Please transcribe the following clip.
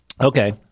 okay